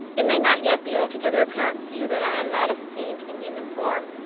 it may not yet be altogether apparent to you that i am not a fiend in human form.